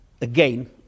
again